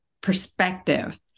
perspective